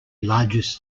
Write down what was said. largest